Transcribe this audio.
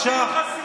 אפשר.